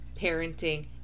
parenting